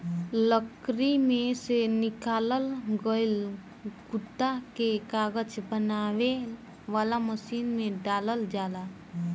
लकड़ी में से निकालल गईल गुदा के कागज बनावे वाला मशीन में डालल जाला